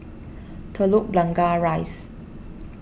Telok Blangah Rise